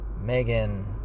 Megan